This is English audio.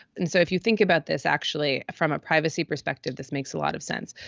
and so if you think about this actually from a privacy perspective, this makes a lot of sense.